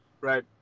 Right